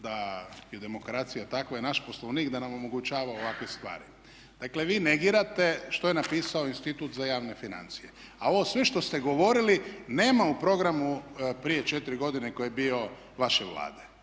da je demokracija takva i naš Poslovnik da nam omogućava ovakve stvari. Dakle, vi negirate što je napisao Institut za javne financije. A ovo sve što ste govorili nema u programu prije 4 godine koji je bio vaše Vlade.